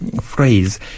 phrase